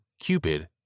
Cupid